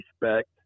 respect